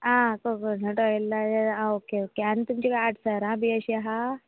आं okay okay coconut oil जाल्यार आं ओके ओके आनी तुमची आडसरां बीन अशी आसा